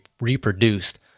reproduced